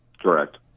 Correct